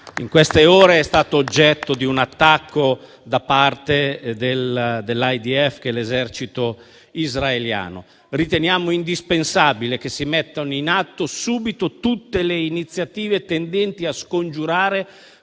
in queste ore è stato oggetto di un attacco da parte dell'esercito israeliano. Riteniamo indispensabile che si mettano in atto subito tutte le iniziative tendenti a scongiurare